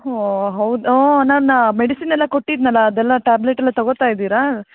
ಹೋ ಹೌದಾ ಹೋ ನಾನು ಮೆಡಿಸಿನ್ ಎಲ್ಲ ಕೊಟ್ಟಿದ್ದನಲ್ಲಾ ಅದೆಲ್ಲಾ ಟ್ಯಾಬ್ಲೆಟ್ ಎಲ್ಲ ತಗೋತಾ ಇದ್ದೀರಾ